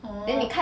orh